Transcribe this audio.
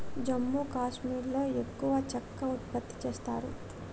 జమ్మూ కాశ్మీర్లో ఎక్కువ చెక్క ఉత్పత్తి చేస్తారు